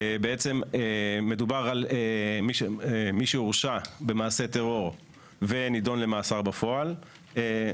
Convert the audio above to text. מדובר על מי שהורשע במעשה טרור ונידון למאסר בפועל,